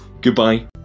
goodbye